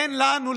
אין לנו,